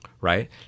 right